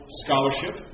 scholarship